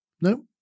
No